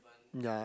ya